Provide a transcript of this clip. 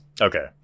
Okay